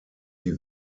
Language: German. die